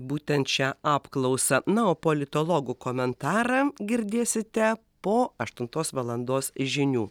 būtent šią apklausą na o politologų komentarą girdėsite po aštuntos valandos žinių